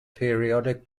periodic